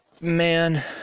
Man